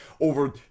over